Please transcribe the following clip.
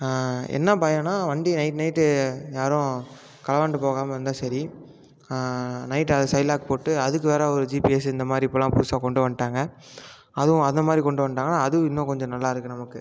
என்ன பயோம்னா வண்டி நைட் நைட்டு யாரும் களவாண்டு போகாமல் இருந்தால் சரி நைட்டு அதுக்கு சைட் லாக் போட்டு அதுக்கு வேறு ஒரு ஜிபிஎஸ் இந்தமாதிரி இப்போல்லாம் புதுசாக கொண்டு வந்துட்டாங்க அதுவும் அந்தமாதிரி கொண்டு வந்துட்டாங்கன்னா அதுவும் இன்னும் கொஞ்சம் நல்லாயிருக்கும் நமக்கு